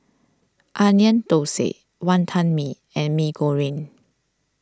Onion Thosai Wantan Mee and Mee Goreng